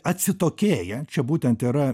atsitokėja čia būtent yra